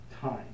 time